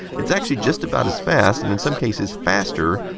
it is actually just about as fast, and in some cases faster,